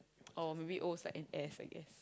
oh maybe Os like an S I guess